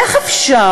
איך אפשר,